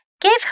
Give